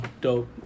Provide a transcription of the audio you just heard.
Dope